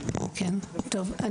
אלקיים, בבקשה.